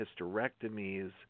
hysterectomies